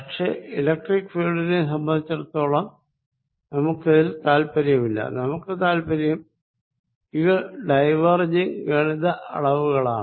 പക്ഷെ ഇലക്ട്രിക്ക് ഫീല്ഡിനെ സംബന്ധിച്ചിടത്തോളം നമുക്കിതിൽ താൽപ്പര്യമില്ല നമുക്ക് താൽപ്പര്യം ഈ ഡൈവേർജിങ് ഗണിത അളവുകളാണ്